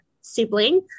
sibling